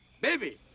baby